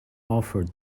offered